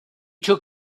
took